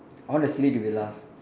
I want the silly to be last